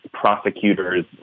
prosecutors